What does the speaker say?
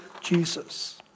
Jesus